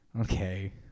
Okay